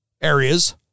areas